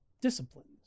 disciplines